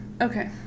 Okay